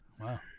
Wow